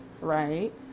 right